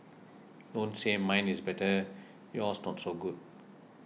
don't say mine is better yours not so good